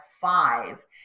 five